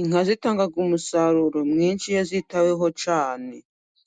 Inka zitanga umusaruro mwinshi iyo zitaweho cyane